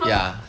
ya